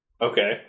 Okay